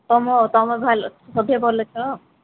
ତୁମେ ତୁମେ ଭଲ ସଭିଏଁ ଭଲ ତ